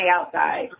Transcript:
outside